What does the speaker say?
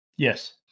Yes